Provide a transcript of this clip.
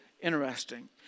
interesting